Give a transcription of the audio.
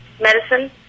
medicine